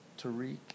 Tariq